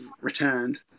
returned